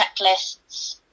checklists